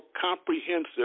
comprehensive